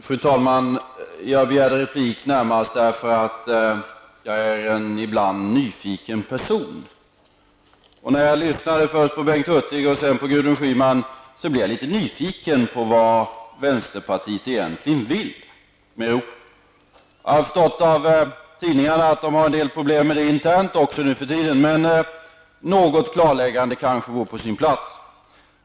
Fru talman! Jag begärde ordet närmast därför att jag ibland är en nyfiken person. När jag lyssnade först till Bengt Hurtig och sedan till Gudrun Schyman blev jag litet nyfiken på vad vänsterpartiet egentligen vill med Europa. Jag har förstått av tidningsartiklarna att ni har en del problem internt nu för tiden, men något klarläggande kanske vore på sin plats.